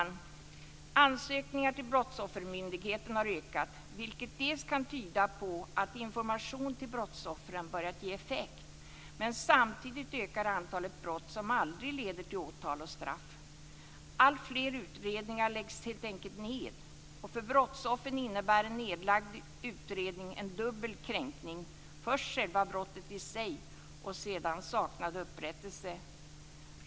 Antalet ansökningar till Brottsoffermyndigheten har ökat, vilket kan tyda på att informationen till brottsoffren börjat ge effekt, men samtidigt ökar antalet brott som aldrig leder till åtal och straff. Alltfler utredningar läggs helt enkelt ned. För brottsoffren innebär en nedlagd utredning en dubbel kränkning, först själva brottet i sig och sedan saknad upprättelse.